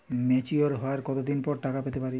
Mature হওয়ার কত দিন পর টাকা পেতে পারি?